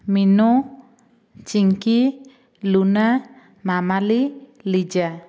Meenu Chinki Luna Mamali Liza